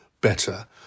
better